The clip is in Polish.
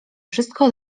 wszystko